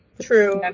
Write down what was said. True